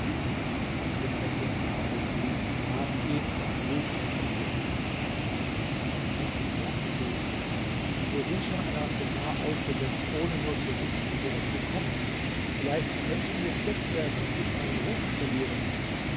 dir prinzessin nahm den brief las ihn und schlug die hände übereinander endlich sagte sie wir sind schon einer gefahr ausgesetzt ohne nur zu wissen wie wir dazu gekommen vielleicht könnten wir entdeckt werden und ich meinen ruf verlieren